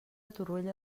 torroella